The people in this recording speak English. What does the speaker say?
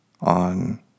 on